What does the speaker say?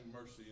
mercy